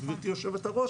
גברתי יושבת הראש.